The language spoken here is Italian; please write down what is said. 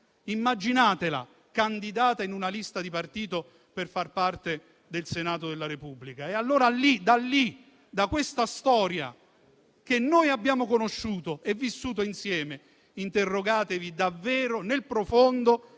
Immaginatela candidata in una lista di partito per far parte del Senato della Repubblica. E allora da lì, a partire da questa storia che abbiamo conosciuto e vissuto insieme, interrogatevi davvero nel profondo